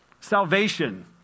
Salvation